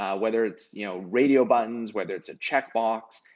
ah whether it's, you know, radio buttons, whether it's a checkbox,